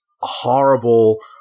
horrible